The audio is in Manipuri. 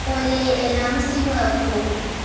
ꯑꯣꯜꯂꯦ ꯑꯦꯂꯥꯝꯁꯤꯡ ꯂꯧꯊꯣꯛꯎ